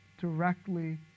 directly